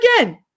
again